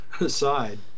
aside